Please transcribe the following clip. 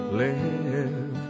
live